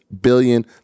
billion